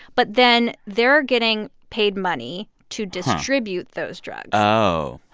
but then they're getting paid money to distribute those drugs oh.